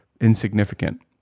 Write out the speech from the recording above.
insignificant